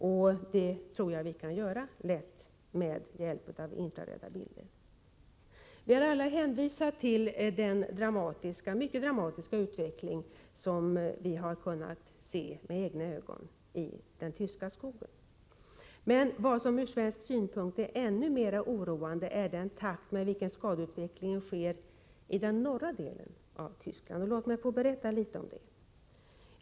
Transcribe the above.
Och jag tror att vi lätt kan göra det genom bilder tagna med hjälp av infrarött ljus. Vi har alla hänvisat till den mycket dramatiska utveckling som vi kunnat se med egna ögon i den tyska skogen. Men vad som ur svensk synpunkt är ännu mer oroande är den takt med vilken skadeutvecklingen sker i den norra delen av Tyskland. Låt mig få berätta litet om det.